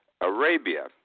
Arabia